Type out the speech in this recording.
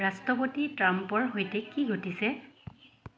ৰাষ্ট্ৰপতি ট্ৰাম্পৰ সৈতে কি ঘটিছে